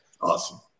Awesome